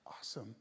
Awesome